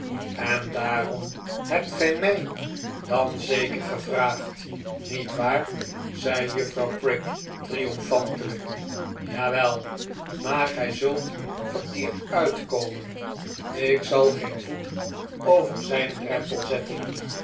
en daarom hebt gij mij dan zeker gevraagd niet waar zei juffrouw prig triomfantelijk jawel maar gij zult verkeerd uitkomen ik zal geen voet over zijn drempel zetten